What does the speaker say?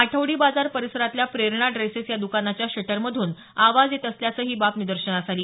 आठवडी बाजार परिसरातल्या प्रेरणा ड्रेसेस या द्कानाच्या शटर मधून आवाज येत असल्याचं ही बाब निदर्शनास आली